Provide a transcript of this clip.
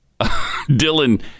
Dylan